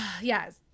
Yes